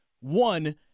One